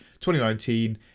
2019